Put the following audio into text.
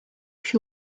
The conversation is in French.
puis